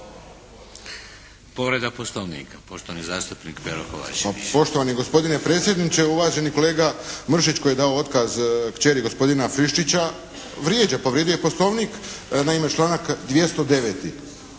Povreda poslovnika, poštovani zastupnik Pero Kovačević.